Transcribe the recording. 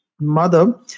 mother